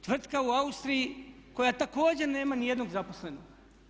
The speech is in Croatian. Tvrtka u Austriji koja također nema niti jednog zaposlenog.